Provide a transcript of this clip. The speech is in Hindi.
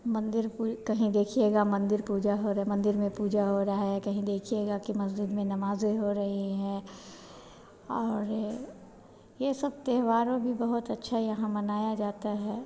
मंदिर कहीं देखिएगा मंदिर पूजा हो रही है मंदिर में पूजा हो रही है कहीं देखिएगा की मस्जिद में नमाज़ें हो रही हैं और ये सब त्यौहारों भी बहुत अच्छा यहाँ मनाया जाता है